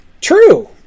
True